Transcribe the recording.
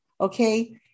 Okay